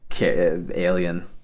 alien